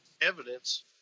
evidence